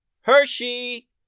Hershey